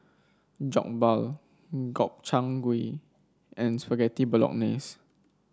Jokbal Gobchang Gui and Spaghetti Bolognese